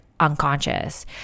Unconscious